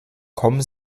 kommen